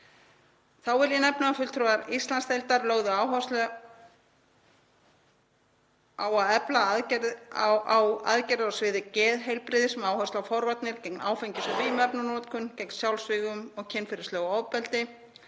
Þá vil ég nefna að fulltrúar Íslandsdeildar lögðu áherslu á að efla aðgerðir á sviði geðheilbrigðis með áherslu á forvarnir gegn áfengis- og vímuefnanotkun, gegn sjálfsvígum og kynferðislegu ofbeldi.